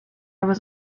was